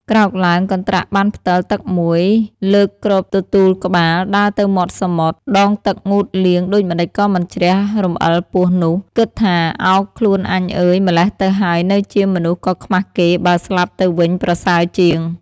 ក្រោកឡើងកន្ដ្រាក់បានផ្ដិលទឹកមួយលើកគ្របទទូលក្បាល ដើរទៅមាត់សមុទ្រ ដងទឹកងូតលាងដូចម្ដេចក៏មិនជ្រះរំអិលពស់នោះ គិតថាឱខ្លួនអញអើយម្ល៉េះទៅហើយនៅជាមនុស្សក៏ខ្មាស់គេ បើស្លាប់ ទៅវិញប្រសើរជាង។